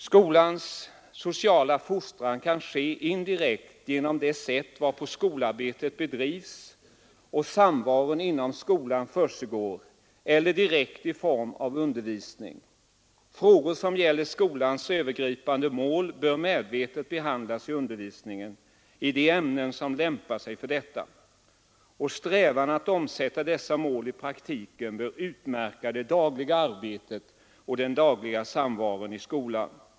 Skolans sociala fostran kan ske indirekt genom det sätt varpå skolarbetet bedrivs och samvaron inom skolan försiggår eller direkt i form av undervisning. Frågor som gäller skolans övergripande mål bör medvetet behandlas i undervisningen i de ämnen som lämpar sig för detta, och strävan att omsätta dessa mål i praktiken bör utmärka det dagliga arbetet och den dagliga samvaron i skolan.